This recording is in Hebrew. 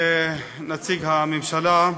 נציג הממשלה,